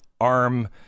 arm